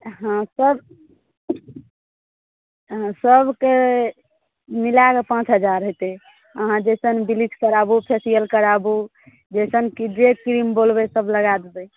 हँ सब हँ सबके मिलाके पाँच हजार हेतै अहाँ जैसन बिलिच कराबू फेसियल कराबू जैसन जे क्रीम बोलबै सब लगा देबै